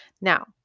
Now